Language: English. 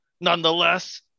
nonetheless